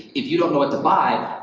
if you don't know what to buy,